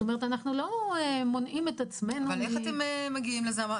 אנחנו לא מונעים את עצמנו --- איך מגיעים לזה?